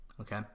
okay